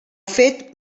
fet